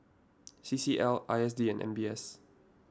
C C L I S D and M B S